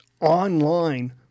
online